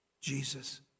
Jesus